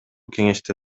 кеңеште